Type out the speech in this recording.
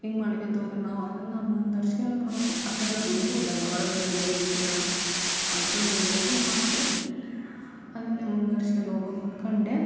ಹಿಂಗೆ ಮಾಡ್ಕೊಳ್ತಾ ಹೋದ್ರೆ ನಾವು ಅದನ್ನು ಮುಂದ್ವರ್ಸ್ಕೊಂಡು ನಾವು ಅದರಾಗ ದುಡಿಬೋದಲ್ಲ ಹೊರಗಡೆ ದುಡಿಯೋಕಿಂತ ಅಂತ ಅಂದು ಯೋಚನೆ ಮಾಡಿದೆ ಅದನ್ನೇ ಮುಂದ್ವರ್ಸ್ಕೊಂಡು ಹೋಗ್ಬೇಕು ಅಂದ್ಕೊಂಡೆ